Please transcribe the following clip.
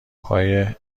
پای